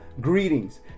greetings